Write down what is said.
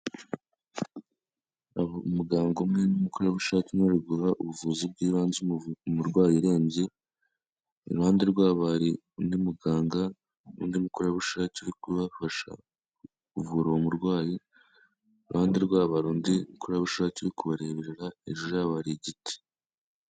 Umuganga umwe n'umukorerabushake bari guha ubuvuzi bw'ibanze umurwayi urembye, iruhande rwabo hari undi muganga n'undi mukorerabushake uri kubafasha kuvura uwo murwayi, kuruhande rwabo hari undi mukorerabushake uri kubareberera, hejuru yabo hari igiti.